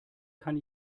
kann